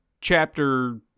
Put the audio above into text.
chapter